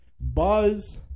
buzz